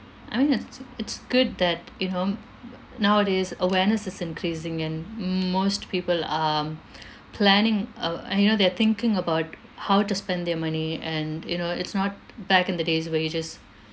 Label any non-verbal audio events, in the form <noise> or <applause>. I mean it's it's good that you know <noise> nowadays awareness is increasing and m~ most people um planning uh and you know they're thinking about how to spend their money and you know it's not back in the days where you just